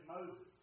Moses